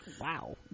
Wow